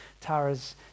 Tara's